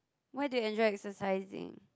why do you enjoy exercising